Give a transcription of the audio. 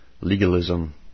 legalism